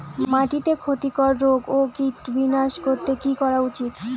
মাটিতে ক্ষতি কর রোগ ও কীট বিনাশ করতে কি করা উচিৎ?